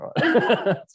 right